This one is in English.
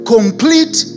Complete